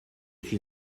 suis